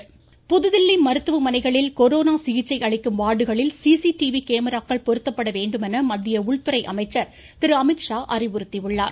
அமீத்ஷா புதுதில்லி மருத்துவ மனைகளில் கொரோனா சிகிச்சை அளிக்கும் வார்டுகளில் சிசிடிவி கேமராக்கள் பொருத்தப்பட வேண்டும் என மத்திய உள்துறை அமைச்சர் திரு அமீத்ஷா அறிவுறுத்தியுள்ளார்